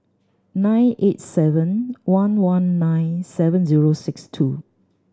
nine eight seven one one nine seven zero six two